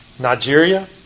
Nigeria